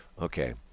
Okay